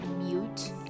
mute